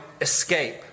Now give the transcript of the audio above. escape